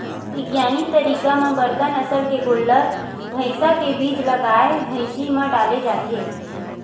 बिग्यानिक तरीका म बड़का नसल के गोल्लर, भइसा के बीज ल गाय, भइसी म डाले जाथे